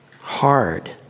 hard